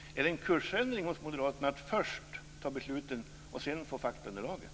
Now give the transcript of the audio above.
Är det en kursändring hos moderaterna att först fatta besluten och sedan få faktaunderlaget?